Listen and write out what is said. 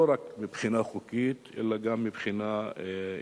לא רק מבחינה חוקית אלא גם מבחינה אנושית,